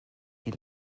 die